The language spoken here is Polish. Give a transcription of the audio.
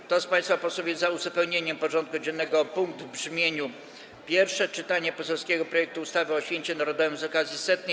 Kto z państwa posłów jest za uzupełnieniem porządku dziennego o punkt w brzmieniu: Pierwsze czytanie poselskiego projektu ustawy o Święcie Narodowym z okazji 100.